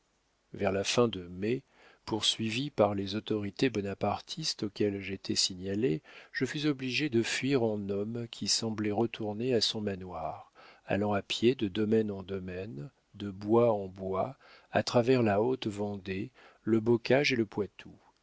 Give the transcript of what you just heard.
vers la fin de mai poursuivi par les autorités bonapartistes auxquelles j'étais signalé je fus obligé de fuir en homme qui semblait retourner à son manoir allant à pied de domaine en domaine de bois en bois à travers la haute vendée le bocage et le poitou